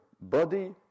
body